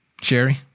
Sherry